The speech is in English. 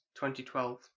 2012